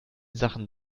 sachen